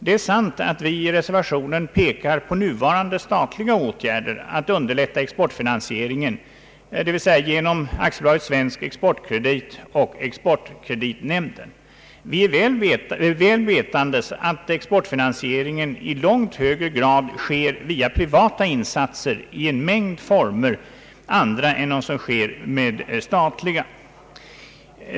Det är sant att vi i reservationen pekar på nuvarande statliga åtgärder att underlätta exportfinansieringen, dvs. genom AB Svensk exportkredit och exportkreditnämnden, väl vetande att exportfinansieringen i långt högre grad sker via privata insatser i en mängd former än via statliga.